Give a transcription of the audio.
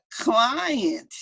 client